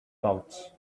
pouch